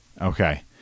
Okay